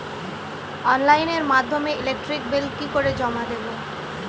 অনলাইনের মাধ্যমে electric bill কি করে জমা দেবো?